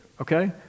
okay